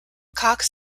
cox